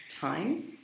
time